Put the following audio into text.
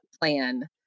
plan